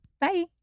Bye